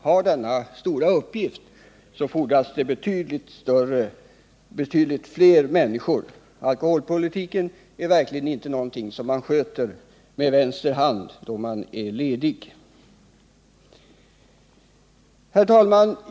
För denna stora uppgift fordras det naturligtvis betydligt fler människor, ty alkoholpolitiken är verkligen inte någonting som man sköter med vänster hand när man är ledig. Herr talman!